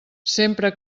sempre